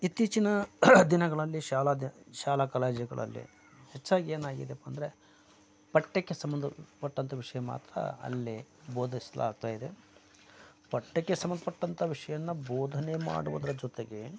ಇತ್ತೀಚಿನ ದಿನಗಳಲ್ಲಿ ಶಾಲಾ ದಿ ಶಾಲಾ ಕಾಲೇಜುಗಳಲ್ಲಿ ಹೆಚ್ಚಾಗಿ ಏನಾಗಿದೆಯಪ್ಪ ಅಂದರೆ ಪಠ್ಯಕ್ಕೆ ಸಂಬಂಧಪಟ್ಟಂಥ ವಿಷಯ ಮಾತ್ರ ಅಲ್ಲಿ ಬೋಧಿಸಲಾಗ್ತಾ ಇದೆ ಪಠ್ಯಕ್ಕೆ ಸಂಬಂಧಪಟ್ಟಂಥ ವಿಷಯನ್ನ ಬೋಧನೆ ಮಾಡುವುದರ ಜೊತೆಗೆ